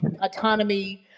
autonomy